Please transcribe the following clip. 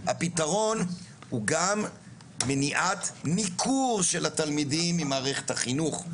הפתרון הוא גם מניעת ניכור של התלמידים ממערכת החינוך.